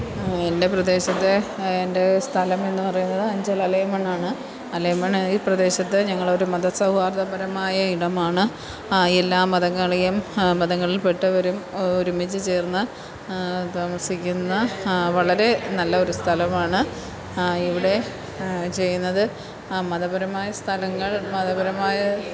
എന്റെ പ്രദേശത്ത് എന്റെ സ്ഥലം എന്ന് പറയുന്നത് അഞ്ചൽ അലൈമണ്ണാണ് അലൈമണ്ണ് ഈ പ്രദേശത്തെ ഞങ്ങളൊരു മതസൗഹാർദ്ധപരമായ ഇടമാണ് ആ എല്ലാ മതങ്ങളെയും മതങ്ങളിൽപ്പെട്ടവരും ഒരുമിച്ച്ചേർന്ന് താമസിക്കുന്ന വളരെ നല്ലൊരു സ്ഥലമാണ് ഇവിടെ ചെയ്യുന്നത് മതപരമായ സ്ഥലങ്ങൾ മതപരമായ